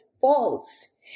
false